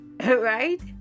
Right